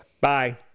Bye